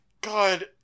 God